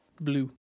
Blue